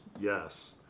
Yes